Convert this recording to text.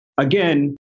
Again